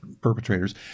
perpetrators